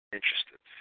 Interested